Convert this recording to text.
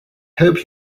hope